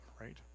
right